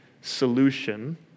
solution